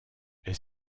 est